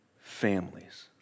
families